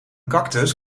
cactus